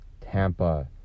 Tampa